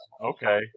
Okay